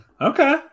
Okay